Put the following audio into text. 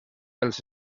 pels